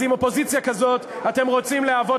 אז עם אופוזיציה כזאת אתם רוצים להוות